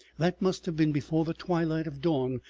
that must have been before the twilight of dawn,